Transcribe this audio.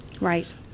Right